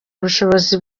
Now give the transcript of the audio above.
ubushobozi